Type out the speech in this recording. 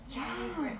ya